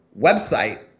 website